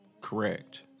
correct